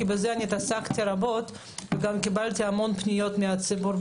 כי בזה התעסקתי רבות וגם קיבלתי המון פניות מן הציבור,